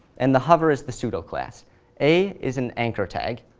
and the hover is the pseudo-class a is an anchor tag,